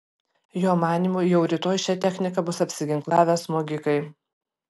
jo manymu jau rytoj šia technika bus apsiginklavę smogikai